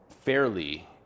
fairly